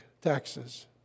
taxes